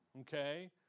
Okay